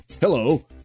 Hello